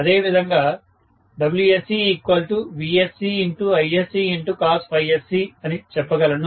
అదే విధంగా WscVscIsccossc అని చెప్పగలను